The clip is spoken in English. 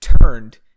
turned